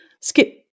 skip